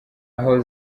aho